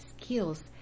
skills